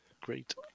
Great